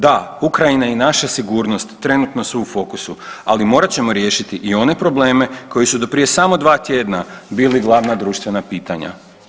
Da Ukrajina i naša sigurnost trenutno su u fokusu, ali morat ćemo riješiti i one probleme koji su do prije samo 2 tjedna bili glavna društvena pitanja.